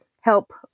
help